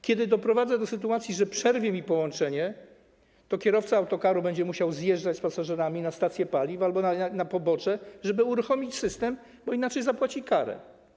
Kiedy doprowadzę do sytuacji, że przerwie mi połączenie, to kierowca autokaru będzie musiał zjeżdżać z pasażerami na stację paliw albo na pobocze, żeby uruchomić system, bo inaczej zapłaci karę.